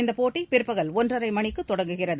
இந்தப் போட்டி பிற்பகல் ஒன்றரை மணிக்கு தொடங்குகிறது